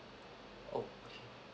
okay